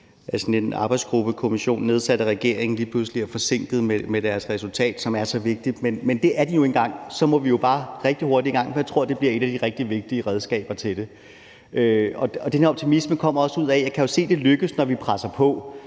en arbejdsgruppekommission nedsat af regeringen lige pludselig er forsinket med deres resultat, som er så vigtigt. Men det er de nu engang, og så må vi bare komme rigtig hurtigt i gang, for jeg tror, det bliver et af de rigtig vigtige redskaber i forhold til det. Den her optimisme kommer også af, at jeg jo kan se, at det lykkes, når vi presser på.